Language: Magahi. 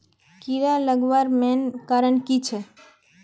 कीड़ा लगवार मेन कारण की छे?